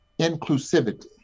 inclusivity